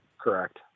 Correct